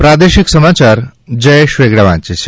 પ્રાદેશિક સમાચાર જયેશ વેગડા વાંચે છે